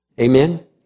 Amen